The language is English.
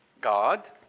God